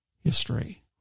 history